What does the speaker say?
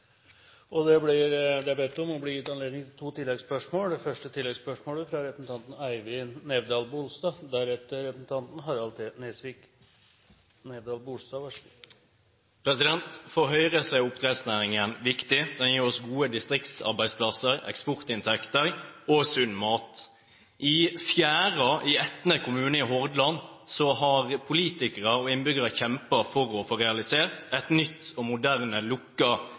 Det er bedt om og blir gitt anledning til to oppfølgingsspørsmål – først representanten Eivind Nævdal-Bolstad. For Høyre er oppdrettsnæringen viktig. Den gir oss gode distriktsarbeidsplasser, eksportinntekter og sunn mat. I Fjæra i Etne kommune i Hordaland har politikere og innbyggere kjempet for å få realisert et nytt og moderne